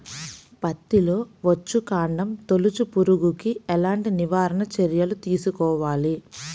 పత్తిలో వచ్చుకాండం తొలుచు పురుగుకి ఎలాంటి నివారణ చర్యలు తీసుకోవాలి?